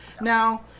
now